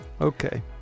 Okay